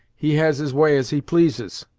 he has his way as he pleases!